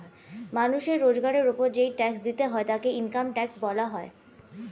মানুষের রোজগারের উপর যেই ট্যাক্স দিতে হয় তাকে ইনকাম ট্যাক্স বলা হয়